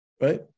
right